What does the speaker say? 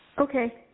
Okay